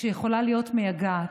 שיכולה להיות מייגעת,